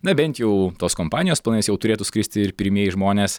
na bent jau tos kompanijos planais jau turėtų skristi ir pirmieji žmonės